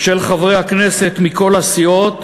של חברי הכנסת מכל הסיעות,